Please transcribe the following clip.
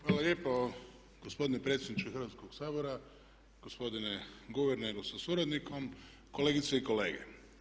Hvala lijepo gospodine predsjedniče Hrvatskog sabora, gospodine guverneru sa suradnikom, kolegice i kolege.